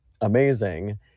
amazing